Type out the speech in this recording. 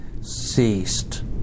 ceased